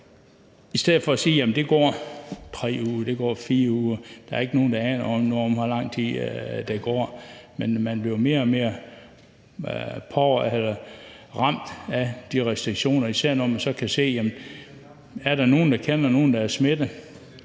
i stedet for at sige, at der går 3 uger, der går 4 uger. Der er ikke nogen, der aner noget om, hvor lang tid der går, men man bliver mere og mere ramt af de restriktioner, og især når man så kan se, at der er meget få smittede. Er der nogen, der kender